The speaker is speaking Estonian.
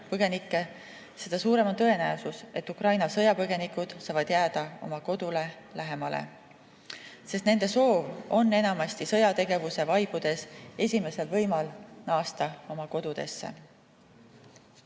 põgenikke, seda suurem on tõenäosus, et Ukraina sõjapõgenikud saavad jääda oma kodule lähemale, sest nende soov on enamasti sõjategevuse vaibudes esimesel võimalusel naasta oma kodudesse.